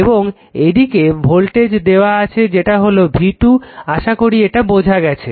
এবং এইদিকে ভোল্টেজ দেওয়া আছে যেটা হলো v2 আশা করি এটা বোঝা গেছে